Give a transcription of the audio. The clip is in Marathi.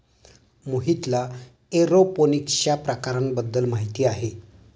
मोहितला एरोपोनिक्सच्या प्रकारांबद्दल माहिती आहे